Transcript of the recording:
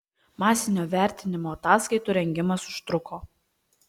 masinio vertinimo ataskaitų rengimas užtruko